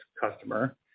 customer